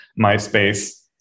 MySpace